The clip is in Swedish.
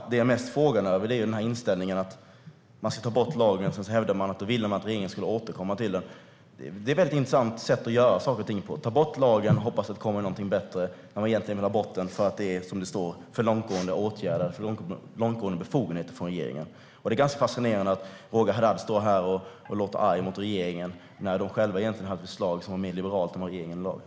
Det jag mest undrar om är inställningen. Man ska ta bort lagen. Sedan hävdar man att man ville att regeringen skulle återkomma. Det är ett väldigt intressant sätt att göra saker och ting på. Man tar bort lagen och hoppas att det kommer någonting bättre. Men egentligen vill man ha bort den för att man tycker att det är för långtgående åtgärder och för långtgående befogenheter för regeringen. Det är ganska fascinerande att Roger Haddad står här och låter arg mot regeringen när de själva hade ett förslag som egentligen var mer liberalt än det som regeringen la fram.